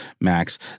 Max